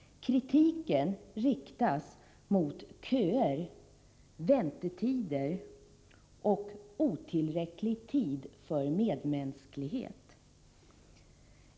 Kritiken riktas mot köer, väntetider och otillräcklig tid för medmänsklighet.